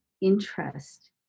interest